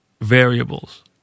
variables